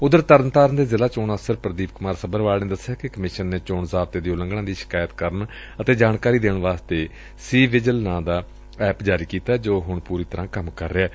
ਉਧਰ ਤਰਨਤਾਰਨ ਦੇ ਜ਼ਿਲ਼ਾ ਚੋਣ ਅਫਸਰ ਪੁਦੀਪ ਕੁਮਾਰ ਸੱਭਰਵਾਲ ਨੇ ਦਸਿਆ ਕਿ ਕਮਿਸ਼ਨ ਨੇ ਚੋਣ ਜ਼ਾਬਤੇ ਦੀ ਉਲੰਘਣਾ ਦੀ ਸ਼ਿਕਾਇਤ ਕਰਨ ਅਤੇ ਜਾਣਕਾਰੀ ਦੇਣ ਵਾਸਤੇ ਸੀ ਵਿਜਿਲ ਨਾਂ ਦਾ ਐਪ ਜਾਰੀ ਕੀਤੈ ਜੋ ਹੁਣ ਪੁਰੀ ਤਰ੍ਰਾ ਕੰਮ ਕਰ ਰਿਹੈ